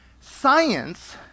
science